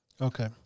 Okay